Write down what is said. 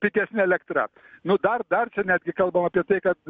pigesne elektra nu dar dar čia netgi kalbama apie tai kad